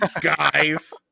guys